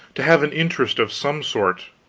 to have an interest, of some sort,